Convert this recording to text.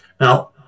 Now